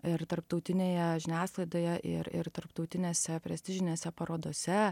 ir tarptautinėje žiniasklaidoje ir ir tarptautinėse prestižinėse parodose